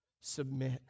submit